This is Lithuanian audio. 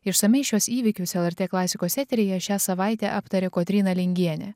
išsamiai šiuos įvykius lrt klasikos eteryje šią savaitę aptarė kotryna lingienė